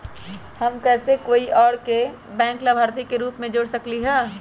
हम कैसे कोई और के बैंक लाभार्थी के रूप में जोर सकली ह?